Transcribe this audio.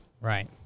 Right